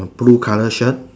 blue colour shirt